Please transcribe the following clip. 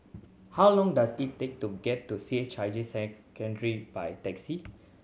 how long does it take to get to C H I J Secondary by taxi